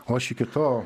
o aš iki to